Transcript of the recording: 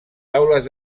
taules